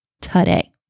today